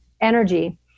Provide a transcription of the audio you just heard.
energy